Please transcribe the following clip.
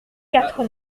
quatre